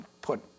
put